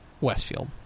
Westfield